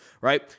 Right